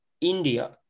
India